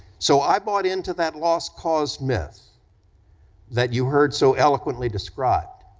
so, i bought into that lost cause myth that you heard so eloquently described